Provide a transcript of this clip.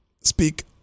speak